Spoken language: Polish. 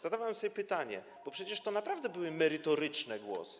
Zadawałem sobie pytanie, bo przecież to naprawdę były merytoryczne głosy.